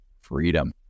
freedom